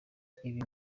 ibi